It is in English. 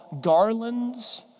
garlands